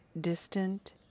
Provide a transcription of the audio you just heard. distant